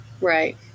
Right